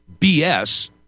BS